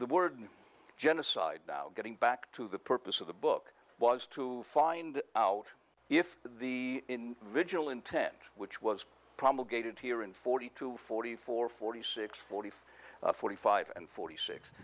the word genocide now getting back to the purpose of the book was to find out if the vigil intent which was promulgated here in forty two forty four forty six forty five forty five and forty six